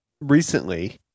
recently